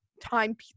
time